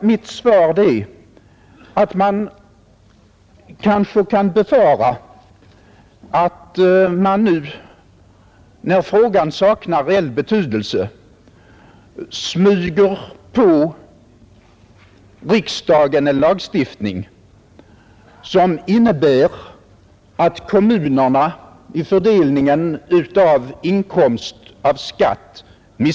Mitt svar är att det kanske kan befaras att man nu när frågan saknar reell betydelse smyger på riksdagen en lagstiftning, som innebär att kommunerna missgynnas vid fördelningen av inkomst av skatt.